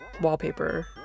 wallpaper